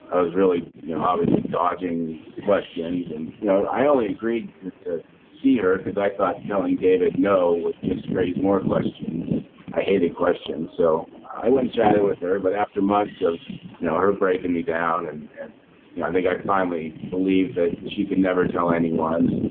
i was really you know obviously dodging questions and you know i only agreed to see her because i thought telling david no would just raise more questions and i ended questions. so i went chatted with her. but after months of her breaking me down and and yeah i think i finally believed that she could never tell anyone.